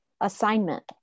assignment